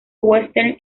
western